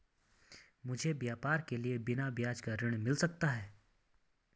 मुझे व्यवसाय के लिए बिना ब्याज का ऋण मिल सकता है?